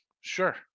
Sure